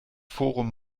forum